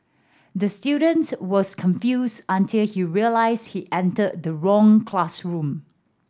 the student was confused until he realised he entered the wrong classroom